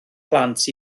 plant